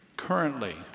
Currently